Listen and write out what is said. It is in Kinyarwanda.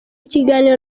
kiganiro